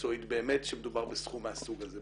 מקצועית באמת כשמדובר בסכום מהסוג הזה,